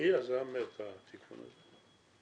מי יזם את התיקון הזה?